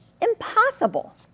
impossible